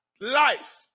life